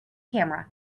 camera